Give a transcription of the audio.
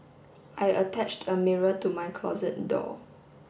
I attached a mirror to my closet door